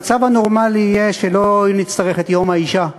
המצב הנורמלי יהיה שלא נצטרך את יום האישה.